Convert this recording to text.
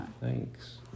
Thanks